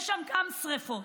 יש גם שם שרפות,